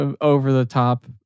over-the-top